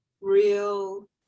real